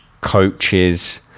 coaches